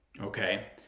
okay